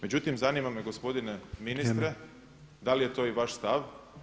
Međutim, zanima me gospodine ministre, da li je to i vaš stav?